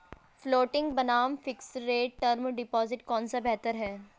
Floating बनाम fixed rate term deposit कौन सा बेहतर है?